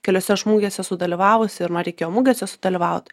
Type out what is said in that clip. keliose aš mugėse esu dalyvavusi ir man reikėjo mugėse sudalyvaut